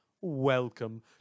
Welcome